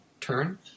turn